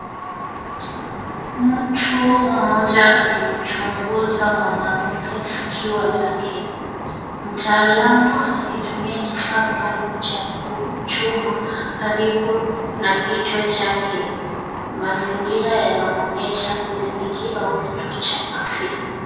Mtu mmoja akimchunguza mwanamke sikio lake . Mtaalamu anakitumia kifaa maalum cha chuma karibu na kichwa chake. Mazingira yanaonyesha kliniki au kituo cha afya.